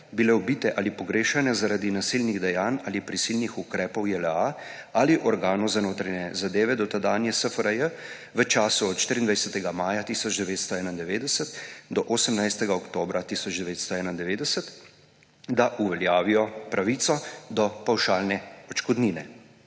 bile ubite ali pogrešane zaradi nasilnih dejanj ali prisilnih ukrepov JLA ali organov za notranje zadeve dotedanje SFRJ v času od 24. maja 1991 do 18. oktobra 1991, da uveljavijo pravico do pavšalne odškodnine.